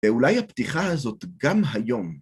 ואולי הפתיחה הזאת גם היום.